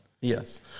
Yes